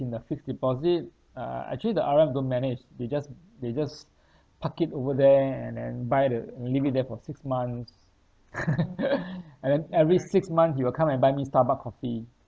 in the fixed deposit uh actually the R_M don't manage they just they just park it over there and then buy the and leave it there for six months and then every six months he will come and buy me starbuck coffee